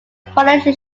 polynesian